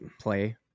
Play